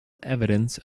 evidence